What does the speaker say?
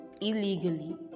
illegally